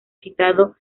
citado